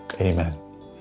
amen